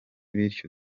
bityo